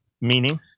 Meaning